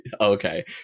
okay